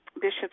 Bishop